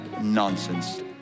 nonsense